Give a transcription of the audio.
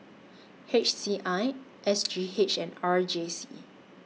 H C I S G H and R J C